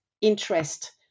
interest